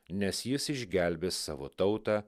nes jis išgelbės savo tautą